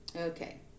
okay